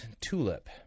Tulip